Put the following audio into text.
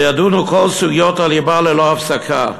וכל סוגיות הליבה יידונו ללא הפסקה.